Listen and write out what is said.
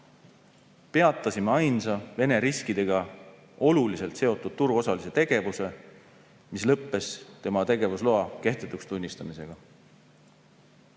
Peatasime ainsa Vene riskidega oluliselt seotud turuosalise tegevuse, mis lõppes tema tegevusloa kehtetuks tunnistamisega.